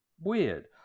weird